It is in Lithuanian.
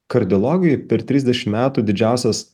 kardiologai per trisdešim metų didžiausias